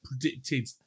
predicted